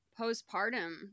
postpartum